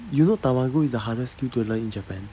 you know tamago is the hardest skill to learn in japan